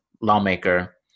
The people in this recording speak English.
lawmaker